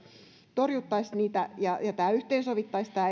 torjuttaisiin ja tämä elin yhteensovittaisi